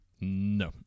No